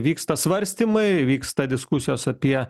vyksta svarstymai vyksta diskusijos apie